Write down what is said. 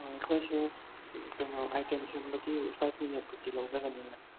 ꯑꯩꯈꯣꯏꯁꯦ ꯀꯩꯅꯣ ꯑꯥꯏꯇꯦꯝ ꯁꯦꯝꯕꯒꯤ ꯐꯥꯏꯚ ꯃꯤꯅꯤꯠ ꯄꯨꯗꯤ ꯂꯧꯖꯒꯅꯤ ꯃꯦꯝ